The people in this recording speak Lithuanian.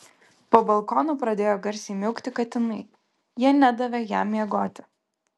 po balkonu pradėjo garsiai miaukti katinai jie nedavė jam miegoti